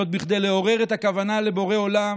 זאת כדי לעורר את הכוונה לבורא עולם